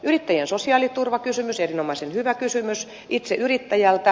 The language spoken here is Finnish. yrittäjien sosiaaliturvakysymys erinomaisen hyvä kysymys itse yrittäjältä